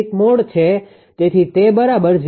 તેથી તે બરાબર 0